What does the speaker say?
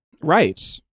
Right